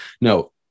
No